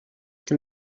can